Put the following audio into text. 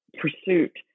pursuit